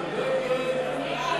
החוק.